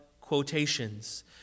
quotations